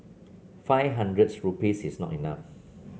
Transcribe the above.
five hundreds rupees is not much